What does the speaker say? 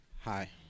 Hi